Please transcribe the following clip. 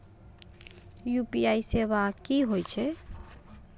UPI सेवा की होय छै?